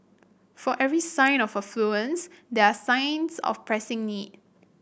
for every sign of affluence there are signs of pressing need